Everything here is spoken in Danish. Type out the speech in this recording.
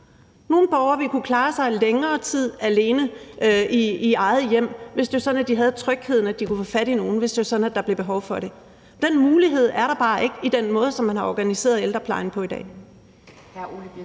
Nogle borgere vil kunne klare sig længere tid alene i eget hjem, hvis de havde trygheden ved, at de kunne få fat i nogen, hvis det var sådan, at der blev behov for det. Den mulighed er der bare ikke i den måde, som man har organiseret ældreplejen på i dag.